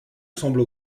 semble